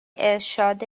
ارشاد